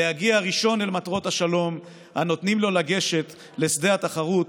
/ להגיע ראשון אל מטרות השלום! / הנותנים לו לגשת לשדה התחרות,